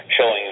showing